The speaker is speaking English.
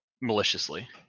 maliciously